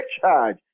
charge